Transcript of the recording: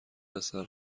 پسر